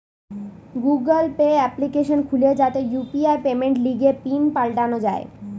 Google Pay application খুলে যাতে UPI পেমেন্টের লিগে পিন পাল্টানো যায়